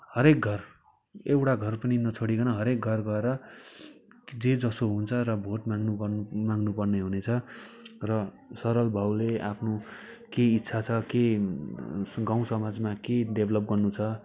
हरेक घर एउटा घर पनि नछोडिकन हरेक घर गएर जे जसो हुन्छ र भोट माग्नुपर्ने माग्नुपर्ने हुनेछ र सरल भावले आफ्नो के इच्छा छ के गाउँसमाजमा के डेभलप गर्नुछ